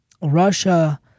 russia